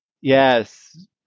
Yes